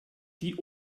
die